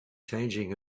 changing